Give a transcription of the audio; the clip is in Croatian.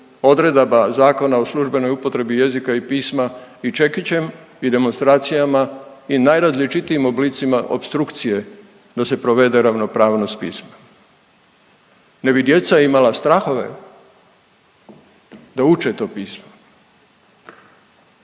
odredaba Zakona o službenoj upotrebi jezika i pisma i čekićem i demonstracijama i najrazličitijim oblicima opstrukcije da se provede ravnopravnost pisma. Ne bi djeca imala strahove da uče to pismo.